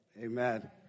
Amen